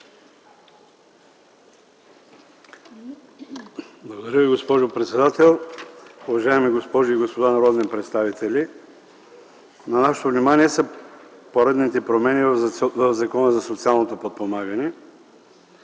Уважаема госпожо председател, уважаеми госпожи и господа народни представители! На нашето внимание са поредните промени в Закона за социално подпомагане.